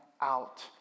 out